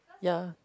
ya